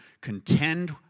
contend